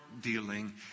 dealing